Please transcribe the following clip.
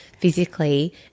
physically